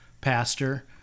pastor